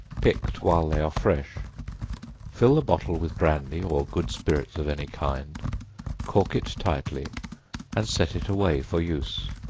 picked while they are fresh fill the bottle with brandy, or good spirits of any kind cork it tightly and set it away for use.